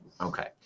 Okay